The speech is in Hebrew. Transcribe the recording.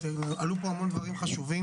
עלו פה המון דברים חשובים,